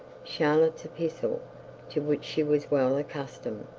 charlotte's epistles, to which she was well accustomed,